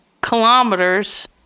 kilometers